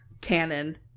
canon